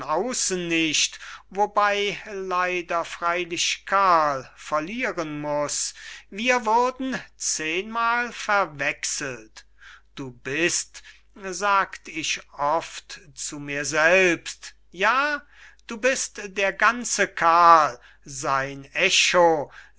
nicht wobey leider freylich karl verlieren muß wir würden zehnmal verwechselt du bist sagt ich oft zu mir selbst ja du bist der ganze karl sein echo